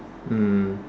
mm